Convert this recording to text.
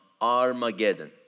Armageddon